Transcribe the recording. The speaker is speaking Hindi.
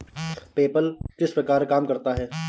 पेपल किस प्रकार काम करता है?